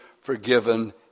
forgiven